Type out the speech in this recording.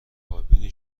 کابین